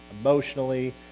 emotionally